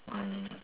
mm